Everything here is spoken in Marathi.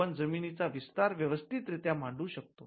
आपण जमीनीचा विस्तार व्यवस्थितरीत्या मांडू शकतो